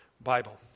Bible